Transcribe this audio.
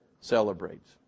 celebrates